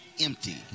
empty